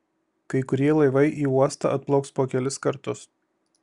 kai kurie laivai į uostą atplauks po kelis kartus